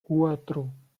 cuatro